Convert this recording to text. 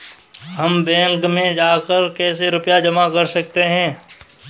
हम बैंक में जाकर कैसे रुपया जमा कर सकते हैं?